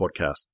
podcast